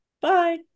bye